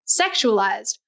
sexualized